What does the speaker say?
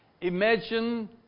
Imagine